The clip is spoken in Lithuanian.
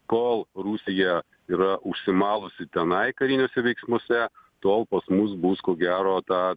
kol rusija yra užsimalusi tenai kariniuose veiksmuose tol pas mus bus ko gero ta